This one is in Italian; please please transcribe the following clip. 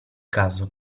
caso